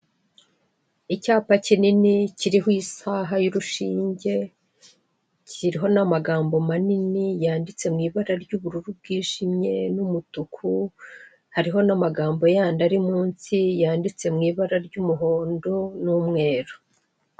Icyapa kinini kiriho isaha y'urushinge kiriho n'amagambo manini yanditse mu ibara ry'ubururu bwijimye n'umutuku, hariho n'amagambo yandi ari munsi yanditse mu ibara ry'umuhondo n'umweru.